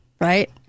right